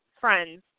friends